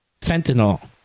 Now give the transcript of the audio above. Fentanyl